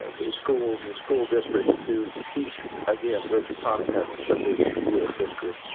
the the schools and school districts to teach again rich content such as u s. history.